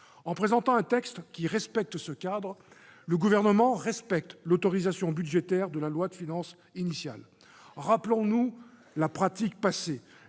En présentant un texte qui respecte ce cadre, le Gouvernement respecte l'autorisation budgétaire donnée dans la loi de finances initiale. Rappelons-nous la pratique passée